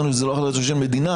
לפני שאני אבקש מפורום קהלת להציג,